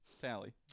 tally